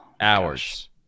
Hours